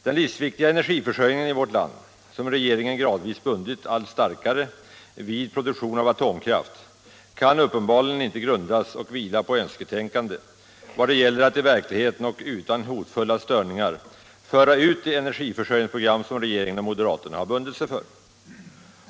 Den livsviktiga energiförsörjningen i vårt land, som regeringen gradvis bundit allt starkare vid produktion av atomkraft, kan uppenbarligen inte grundas och vila på önsketänkande vad det gäller att i verkligheten och utan hotfulla störningar föra ut det energiförsörjningsprogram som regeringen och moderaterna bundit sig för.